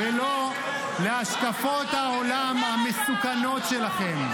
ולא להשקפות העולם המסוכנות שלכם.